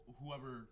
whoever